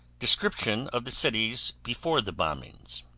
description of the cities before the bombings